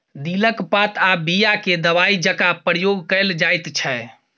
दिलक पात आ बीया केँ दबाइ जकाँ प्रयोग कएल जाइत छै